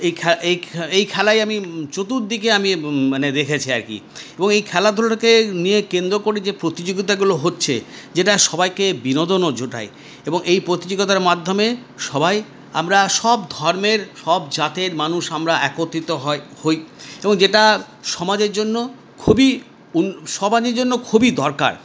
এই খেলাই আমি চতুর্দিকে আমি মানে দেখেছি আরকি এবং এই খেলাধুলোটাকে নিয়ে কেন্দ্র করে নিয়ে যে প্রতিযোগিতাগুলো হচ্ছে যেটা সবাইকে বিনোদনও জোটায় এবং এই প্রতিযোগিতার মাধ্যমে সবাই আমরা সব ধর্মের সব জাতের মানুষ আমরা একত্রিত হয় হই এবং যেটা সমাজের জন্য খুবই সমাজের জন্য খুবই দরকার